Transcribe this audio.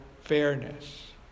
fairness